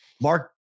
Mark